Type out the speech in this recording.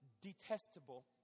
detestable